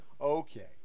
okay